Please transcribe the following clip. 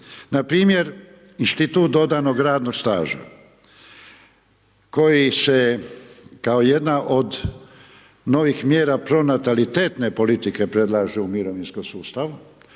Npr. institut dodanog radnog staža koji se kao jedna od novih mjera pronatalitetne politike predlaže u mirovinskom sustavu,